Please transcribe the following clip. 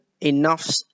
enough